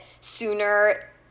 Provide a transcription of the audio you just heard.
sooner